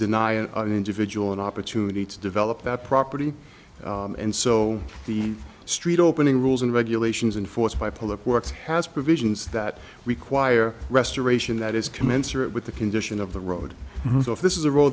deny an individual an opportunity to develop that property and so the street opening rules and regulations and force by political works has provisions that require restoration that is commensurate with the condition of the road so if this is a ro